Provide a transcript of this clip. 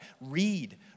read